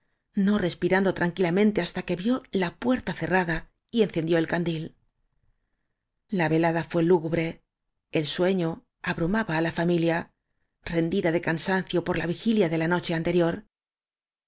no respirando tranquilamente hasta que vio la puerta cerrada y encendido el candil la velada fué lúgubre el sueño abrumaba á la familia rendida de cansancio por la vigilia de la noche anterior